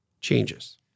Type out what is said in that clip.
changes